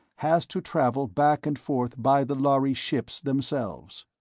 has to travel back and forth by the lhari ships themselves.